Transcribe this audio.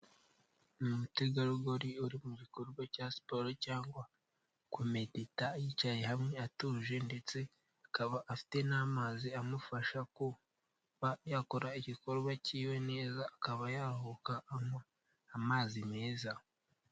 Ni umutegarugori uri mu gikorwa cya siporo cyangwa kumedita yicaye hamwe atuje ndetse akaba afite n'amazi amufasha kuba yakora igikorwa kiwe neza akaba yaruhuka anywa amazi meza.